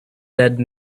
dead